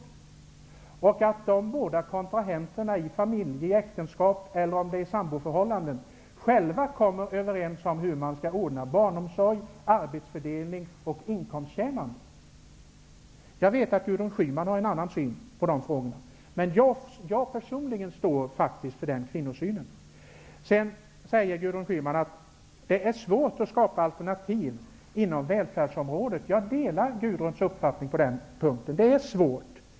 Jag tror att de båda kontrahenterna i ett äktenskap eller ett samboförhållande själva kommer överens om hur de skall ordna barnomsorg, arbetsfördelning och inkomstintjänande. Personligen står jag faktiskt för denna kvinnosyn. Jag vet att Gudrun Schyman har en annan syn på dessa frågor. Gudrun Schyman säger vidare att det är svårt att skapa alternativ inom välfärdsområdet. Jag delar Gudrun Schymans uppfattning på den punkten. Det är svårt.